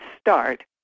start